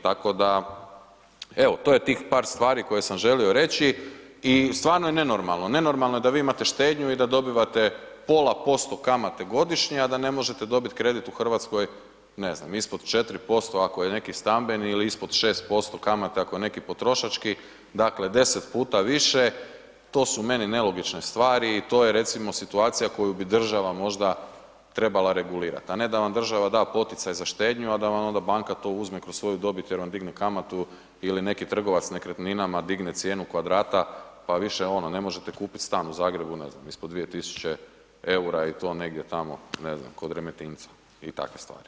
Tako da, evo to je tih par stvari koje sam želio reći i stvarno je nenormalno, nenormalno je da vi imate štednju i da dobivate pola posto kamate godišnje a da ne možete dobiti kredit u Hrvatskoj ne znam ispod 4% ako je neki stambeni ili ispod 6% kamata ako je neki potrošački, dakle 10 puta više to su meni nelogične stvari i to je recimo situacija koju bi država možda trebala regulirati a ne da vam država da poticaj za štednju a da vam onda banka to uzme kroz svoju dobit jer vam digne kamatu ili neki trgovac nekretninama digne cijenu kvadrata pa više ono ne možete kupiti stan u Zagrebu ne znam ispod 2 tisuće eura i to negdje tamo ne znam kod Remetinca i takve stvari.